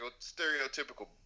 stereotypical